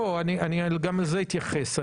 גם לזה אני אתייחס.